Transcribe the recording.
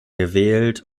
gewählt